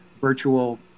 virtual